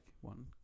one